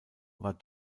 war